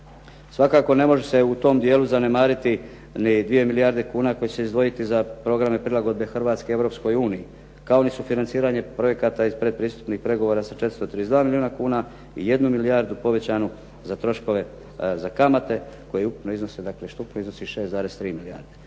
Svakako ne može se u tom dijelu zanemariti ni 2 milijarde kuna koji će se izdvojiti za programe prilagodbe Hrvatske Europskoj uniji, kao ni sufinanciranje projekata iz pretpristupnih pregovora sa 432 milijuna kuna i 1 milijardu povećanu za troškove za kamate koji ukupno iznose, dakle